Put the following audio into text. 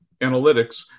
analytics